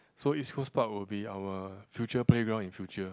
so East Coast Park will be our future playground in future